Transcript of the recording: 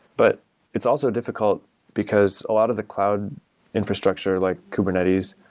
but it's also difficult because a lot of the cloud infrastructure, like kubernetes,